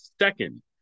second